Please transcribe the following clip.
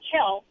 Kill